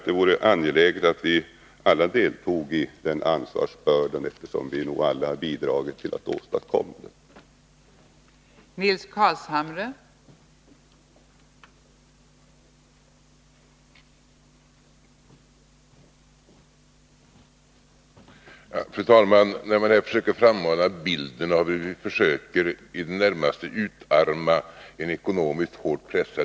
Det vore angeläget att vi alla tog del av denna ansvarsbörda, eftersom vi alla har bidragit till att åstadkomma dagens ekonomiska situation.